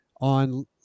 on